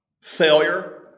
Failure